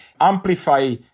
amplify